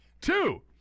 Two